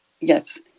Yes